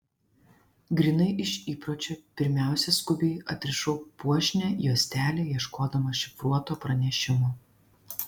grynai iš įpročio pirmiausia skubiai atrišau puošnią juostelę ieškodama šifruoto pranešimo